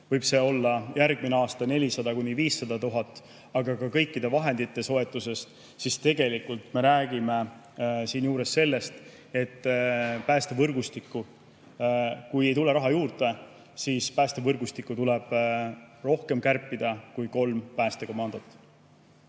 võib see olla järgmine aasta 400 000 – 500 000, aga ka kõikide vahendite soetuses, siis tegelikult me räägime siin sellest, et kui päästevõrgustikku ei tule raha juurde, siis tuleb rohkem kärpida kui kolm päästekomandot.